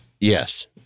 Yes